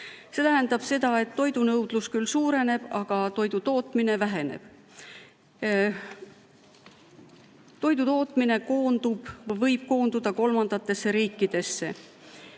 See tähendab seda, et toidunõudlus küll suureneb, aga toidutootmine väheneb. Toidutootmine koondub või võib koonduda kolmandatesse riikidesse.